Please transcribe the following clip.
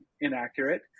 inaccurate